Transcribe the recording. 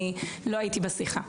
אני לא הייתי בשיחה.